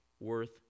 worth